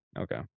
Okay